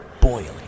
boiling